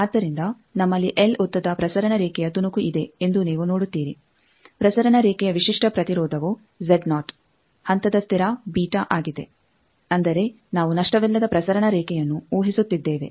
ಆದ್ದರಿಂದ ನಮ್ಮಲ್ಲಿ ಎಲ್ ಉದ್ದದ ಪ್ರಸರಣ ರೇಖೆಯ ತುಣುಕು ಇದೆ ಎಂದು ನೀವು ನೋಡುತ್ತೀರಿ ಪ್ರಸರಣ ರೇಖೆಯ ವಿಶಿಷ್ಟ ಪ್ರತಿರೋಧವು ಹಂತದ ಸ್ಥಿರ ಆಗಿದೆ ಅಂದರೆ ನಾವು ನಷ್ಟವಿಲ್ಲದ ಪ್ರಸರಣ ರೇಖೆಯನ್ನು ಊಹಿಸುತ್ತಿದ್ದೇವೆ